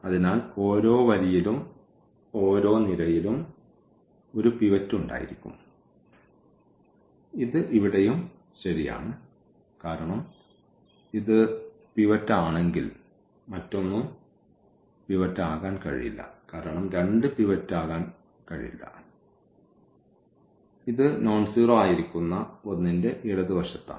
അതിനാൽ ഓരോ വരിയിലും ഓരോ നിരയിലും ഒരു പിവറ്റ് ഉണ്ടായിരിക്കും ഇത് ഇവിടെയും ശരിയാണ് കാരണം ഇത് പിവറ്റ് ആണെങ്കിൽ മറ്റൊന്നും പിവറ്റ് ആകാൻ കഴിയില്ല കാരണം 2 പിവറ്റ് ആകാൻ കഴിയില്ല ഇത് നോൺസീറോ ആയിരിക്കുന്ന ഒന്നിൻറെ ഇടതുവശത്താണ്